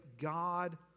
God